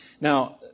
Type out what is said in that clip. Now